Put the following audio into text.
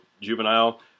juvenile